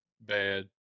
bad